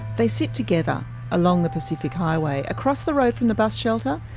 they sit together along the pacific highway. across the road from the bus shelter,